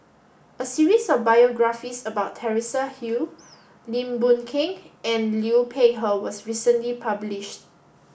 a series of biographies about Teresa Hsu Lim Boon Keng and Liu Peihe was recently published